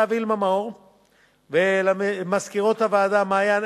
וילמה מאור ולמזכירות הוועדה מעיין,